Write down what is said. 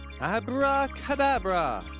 Abracadabra